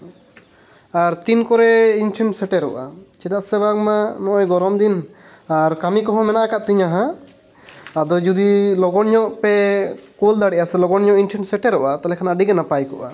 ᱟᱨ ᱛᱤᱱ ᱠᱚᱨᱮ ᱤᱧ ᱴᱷᱮᱱ ᱥᱮᱴᱮᱨᱚᱜᱼᱟ ᱪᱮᱫᱟᱜ ᱥᱮ ᱵᱟᱝᱢᱟ ᱱᱚᱜᱼᱚᱭ ᱜᱚᱨᱚᱢ ᱫᱤᱱ ᱟᱨ ᱠᱟᱹᱢᱤ ᱠᱚᱦᱚᱸ ᱢᱮᱱᱟᱜ ᱠᱟᱜ ᱛᱤᱧᱟᱹ ᱦᱟᱸᱜ ᱟᱫᱚ ᱡᱩᱫᱤ ᱞᱚᱜᱚᱱ ᱧᱚᱜ ᱯᱮ ᱠᱳᱞ ᱫᱟᱲᱮᱭᱟᱜᱼᱟ ᱥᱮ ᱞᱚᱜᱚᱱ ᱧᱚᱜ ᱤᱧ ᱴᱷᱮᱱ ᱥᱮᱴᱮᱨᱚᱜᱼᱟ ᱛᱟᱞᱦᱮ ᱠᱷᱟᱱ ᱟᱹᱰᱤ ᱜᱮ ᱱᱟᱯᱟᱭ ᱠᱚᱜᱼᱟ